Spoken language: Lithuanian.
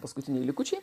paskutiniai likučiai